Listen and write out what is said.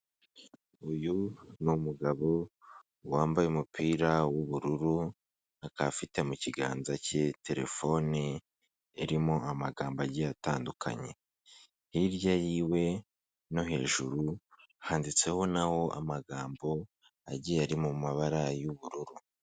Uyu ni umugabo wambaye umupira w'ubururu akaba afite mu kiganza cye telefoni irimo amagambo agiye atandukanye, hirya yiwe no hejuru handitseho na ho amagambo agiye ari mu mabara y'ubururu.